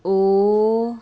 O